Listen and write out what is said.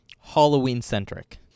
Halloween-centric